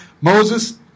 Moses